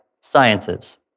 sciences